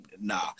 Nah